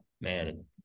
man